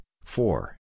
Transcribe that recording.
four